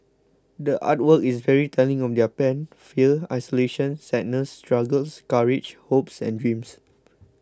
the art work is very telling of their pain fear isolation sadness struggles courage hopes and dreams